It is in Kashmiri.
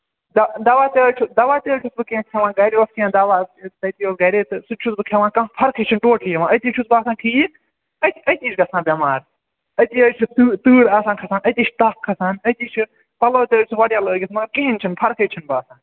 دوا دوا تہِ حظ دوا تہِ حظ چھُس بہٕ کیٚنٛہہ کھٮ۪وان گرِ اوس کیٚنٛہہ دَوا تَتی اوس گرے تہٕ سُہ تہِ چھُس بہٕ کھٮ۪وان کانٛہہ فرقٕے چھےٚ نہٕ ٹوٹلِی یِوان أتی چھُس بہٕ آسان ٹھیٖک أتی أتی چھُس گَژھان بیمار أتی حظ چھِ تۭر آسان کھسان أتی چھُ تَپھ کھسان أتی چھِ پَلو تہِ حظ چھِ واریاہ لٲگِتھ مَگر کِہیٖنٛۍ چھَنہٕ فرقٕے چھےٚ نہٕ باسان